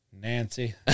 Nancy